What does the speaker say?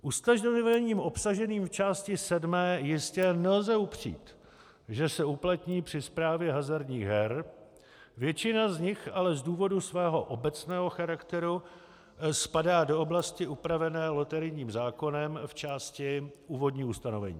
Ustanovením obsaženým v Části sedmé jistě nelze upřít, že se uplatní při správě hazardních her, většina z nich ale z důvodu svého obecného charakteru spadá do oblasti upravené loterijním zákonem v části Úvodní ustanovení.